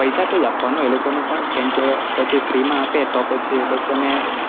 પૈસાથી જ આપવાનો એ લોકોને પણ કેમકે પછી ફ્રીમાં આપે તો પછી એ લોકોને